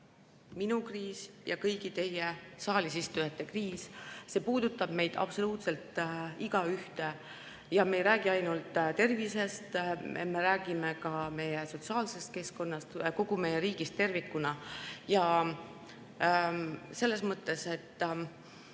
minu kriis ja kõigi teie, saalis istujate kriis. See puudutab meist absoluutselt igaühte. Me ei räägi ainult tervisest, me räägime ka sotsiaalsest keskkonnast, meie riigist tervikuna. Ma tõesti ei